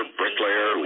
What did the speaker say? bricklayer